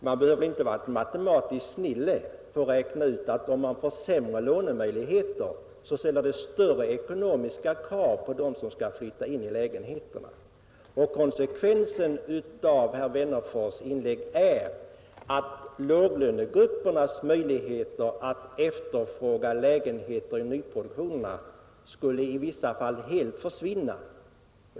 Man behöver inte vara något matematiskt snille för att räkna ut att om man får sämre lånemöjligheter, ställer det större ekonomiska krav på dem som skall flytta in i lägenheterna. Konsekvensen av herr Wennerfors” inlägg är att låglönegruppernas möjligheter att efterfråga lägenheter i nyproduktionen i vissa fall skulle helt försvinna.